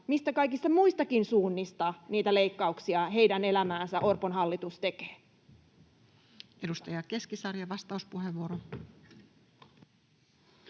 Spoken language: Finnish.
mistä kaikista muistakin suunnistaa niitä leikkauksia heidän elämäänsä Orpon hallitus tekee. [Speech 70] Speaker: